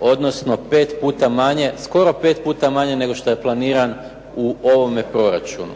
odnosno pet puta manje, skoro pet puta manje nego što je planiran u ovome proračunu.